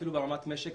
אפילו ברמת משק,